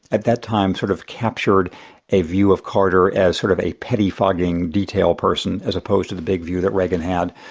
at that time, sort of captured a view of carter as sort of a pettifogging detail person, as opposed to the big view that reagan had.